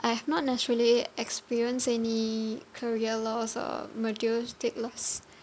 I have not naturally experienced any career loss or materialistic loss